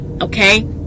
Okay